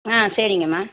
ஆ சரிங்கம்மா